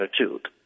attitude